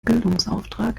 bildungsauftrag